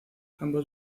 ambos